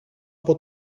από